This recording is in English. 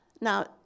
Now